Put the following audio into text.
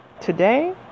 today